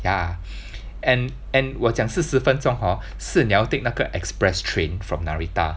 ya and and 我讲四十分钟 hor 是你要 take 那个 express train from Narita